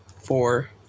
four